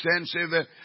extensive